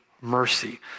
mercy